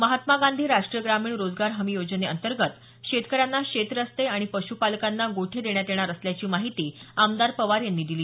महात्मा गांधी राष्ट्रीय ग्रामीण रोजगार हमी योजनेअंतर्गत शेतकऱ्यांना शेत रस्ते आणि पश् पालकांना गोठे देण्यात येणार असल्याची माहिती आमदार पवार यांनी यावेळी दिली